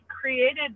created